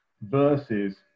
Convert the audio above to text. versus